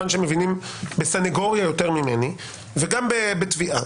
שמבינים בסניגוריה יותר ממני וגם בתביעה.